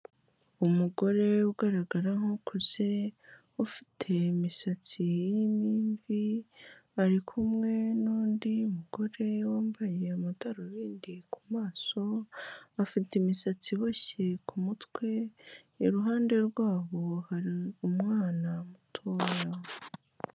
Umugore ugaragara nk'ukuze ufite imisatsi irimo imvi ari kumwe n'undi mugore wambaye amadarubindi ku maso, afite imisatsi iboshye kumutwe, iruhande rwa bo hari umwana mutoya.